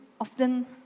often